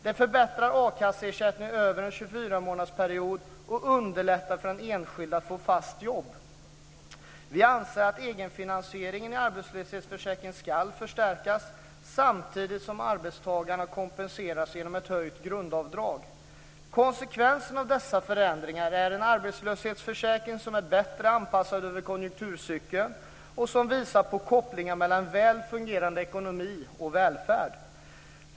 Den förbättrar a-kasseersättningen över en 24-månadersperiod och underlättar för den enskilde att få fast jobb. Vi anser att egenfinansieringen i arbetslöshetsförsäkringen ska förstärkas samtidigt som arbetstagarna kompenseras genom ett höjt grundavdrag. Konsekvensen av dessa förändringar är en arbetslöshetsförsäkring som är bättre anpassad över konjunkturcykeln och som visar på kopplingen mellan en väl fungerande ekonomi och välfärd.